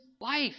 life